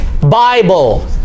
Bible